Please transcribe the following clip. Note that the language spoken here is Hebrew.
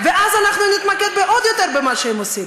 ואז אנחנו נתמקד עוד יותר במה שהם עושים,